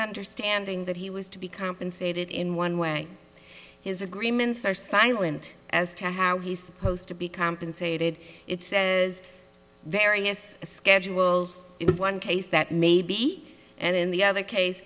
understanding that he was to be compensated in one way his agreements are silent as to how he's supposed to be compensated it says various schedules in one case that may be and in the other case